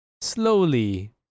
slowly